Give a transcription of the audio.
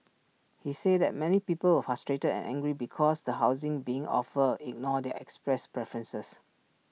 he said that many people were frustrated and angry because the housing being offered ignored their expressed preferences